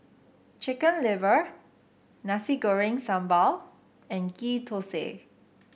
Chicken Liver Nasi Goreng Sambal and Ghee Thosai